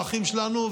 האחים שלנו,